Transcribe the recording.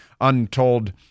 untold